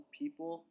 people